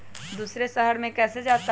दूसरे शहर मे कैसे जाता?